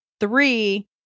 three